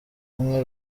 imwe